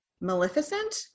Maleficent